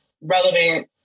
relevant